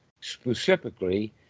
specifically